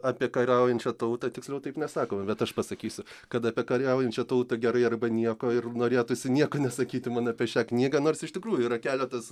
apie kariaujančią tautą tiksliau taip nesakoma bet aš pasakysiu kad apie kariaujančią tautą gerai arba nieko ir norėtųsi nieko nesakyti man apie šią knygą nors iš tikrųjų yra keletas